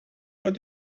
what